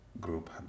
group